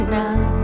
now